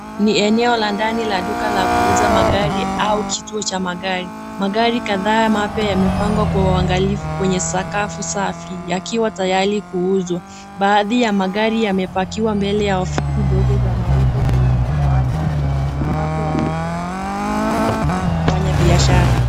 Ni eneo la ndani la duka la kuuza magari au kituo cha magari. Magari kadhaa mapya yamepangwa kwa uangalifu kwenye sakafu safi yakiwa tayari kuuzwa. Baadhi ya magari yamepakiwa mbele ya ofisi ndogo za mauzo zenye madawati na viti ambapo wateja na wafanyikazi wanaonekana wakifanya biashara.